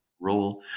role